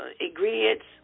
ingredients